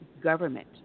government